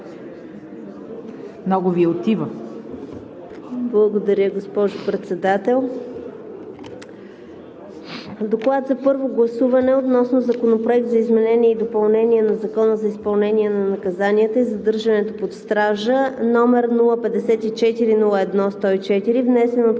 АТАНАСОВА: Благодаря, госпожо Председател. „ДОКЛАД за първо гласуване относно Законопроект за изменение и допълнение на Закона за изпълнение на наказанията и задържането под стража, № 054-01-104, внесен от